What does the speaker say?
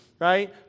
Right